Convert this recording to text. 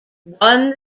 won